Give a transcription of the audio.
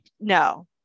no